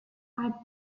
are